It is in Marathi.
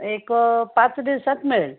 एक पाच दिवसात मिळेल